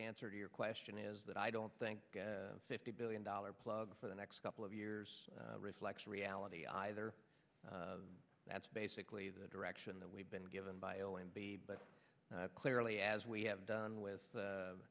answer to your question is that i don't think fifty billion dollars plug for the next couple of years reflects reality either that's basically the direction that we've been given by o m b but clearly as we have done with